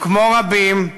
וכמו רבים,